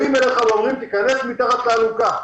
באים אליך ואומרים: תיכנס מתחת לאלונקה.